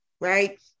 right